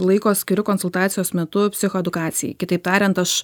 laiko skiriu konsultacijos metu psichoedukacijai kitaip tariant aš